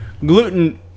gluten